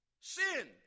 sin